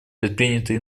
предпринятые